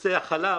בנושא החלב,